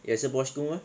也是 boys' school mah